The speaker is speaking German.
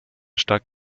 stark